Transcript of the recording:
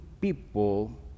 people